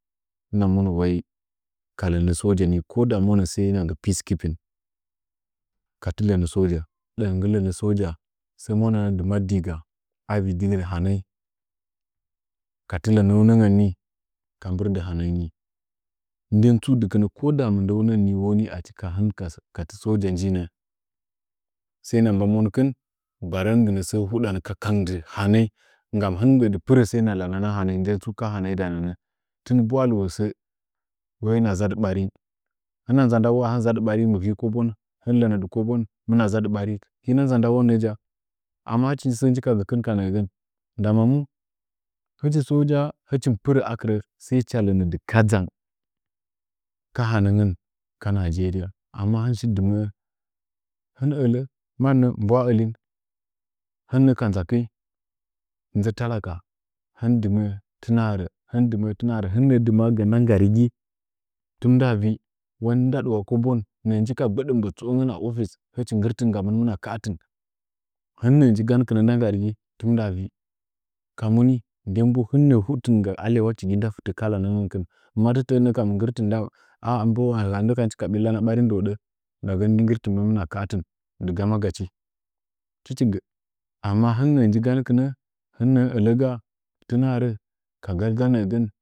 kalɚnɚ sojani ko da mɨ monɚ sai na gɚ peace kaaping katɨ lɚnɚ soja ndagɨ lɚnɚ soja sɚ mwananɚ’’ dɨ mad dɨ ga a vɨdinda hanɚnyi katɨ lɚnɚn nɚngɚn ni ka mbɨrd hanɚyi ni nden tsu ka dɨkɨnɚ ko da mɨndounɚngɚn woni achi ka hin kati soja nji nɚ sai na mba monkɨn barangi sɚ huɗanɚ ka kandɨ hanɚi gam hin mɨ mgbɚɚ dɨm pɨrɚ sai na lanana hanɚnyi nden tsu ka hanɚnyi lananɚ tɨn ɓwa lɨwo sɚ wai na zadɨ ɓarin hɨna nza nda w amɨ vi kobon na zaddɨ bɚrin amma hɨch sɚ nji ka gɚkɨh nɚɚgɚn ndama mu hɨchi tsu ja hɨchi pɨrɚ akɨrɚ sai cha lɚnɚ dɨ kadzang ka hanɚngɚn ka nigeria amma hɨn mi shi dɨmɚɚ hɨn mɨ ɚlɚ mannɚ ba’wa ɚlin hinɚ ka nzaki nyi nzɚ talaka hɨn dɨmɚɚ tɨna rɚ hɨn dtmɚɚ tɨna rɚ hɨn nɚɚ dɨmɚɚga nda nggarigi tɨm nda hi wai ndadɨwa kobon nɚɚ nji ka gbɚɗɚ ɓɚtsɨongɚn a offile hɨch nggɨrtɨnga mɨn himɨna kaatɨn a office hin nɚɚ nji ganɚ kɨnɚ nda nggarigi tɨmnda vi ka muni nden bo hɨn nɚɚ huɗtɨn ga a lyawachigi nda fɨtɚ ka lana nɚn kɨn matɚtɚɚn nɚkam mɨn ggɨrtɨn a halan nɚkam hɨch ka billana ɓarin dɚhodɚ ndagɚn ni nggɨritɨn mɨn hɨmɨna kaatɨn dɨgama gachi tɨchi gɚ amma hɨn nɚɚ nji ganɚ kɨnɚ hɨn nɚɚ ɚlɚga tɨna rɚ ka garga nɚɚgɚn.